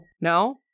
No